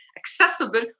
accessible